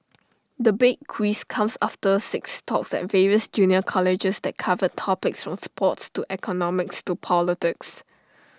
the big quiz comes after six talks at various junior colleges that covered topics from sports to economics to politics